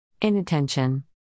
Inattention